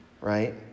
right